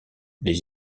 les